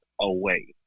away